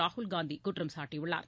ராகுல் காந்தி குற்றம் சாட்டியுள்ளார்